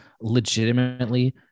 legitimately